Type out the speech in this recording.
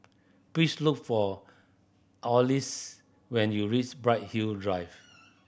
please look for Alyce when you reach Bright Hill Drive